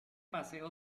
paseo